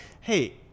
hey